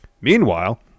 Meanwhile